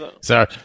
Sorry